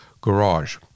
garage